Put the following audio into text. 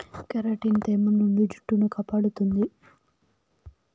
keratin తేమ నుండి జుట్టును కాపాడుతుంది